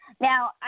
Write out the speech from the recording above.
Now